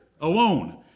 alone